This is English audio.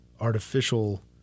artificial